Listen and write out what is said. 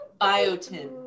biotin